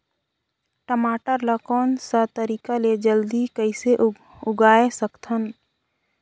टमाटर ला कोन सा तरीका ले जल्दी कइसे उगाय सकथन?